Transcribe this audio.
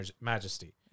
majesty